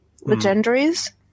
legendaries